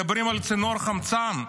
מדברים על צינור חמצן.